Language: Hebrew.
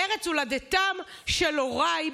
ארץ הולדתם של הוריי,